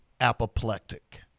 apoplectic